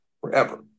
forever